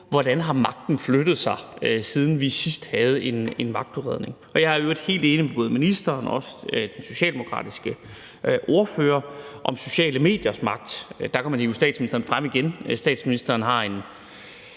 hvordan magten har flyttet sig, siden vi sidst havde en magtudredning. Jeg er i øvrigt helt enig med både ministeren og også den socialdemokratiske ordfører om sociale mediers magt. Der kan man hive statsministeren frem igen,